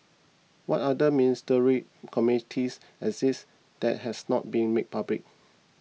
what other ministerial committees exist that has not been made public